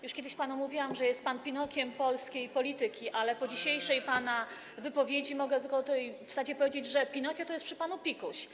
Już kiedyś panu mówiłam, że jest pan Pinokiem polskiej polityki, ale po dzisiejszej pana wypowiedzi mogę tylko tutaj w zasadzie powiedzieć, że Pinokio to jest przy panu pikuś.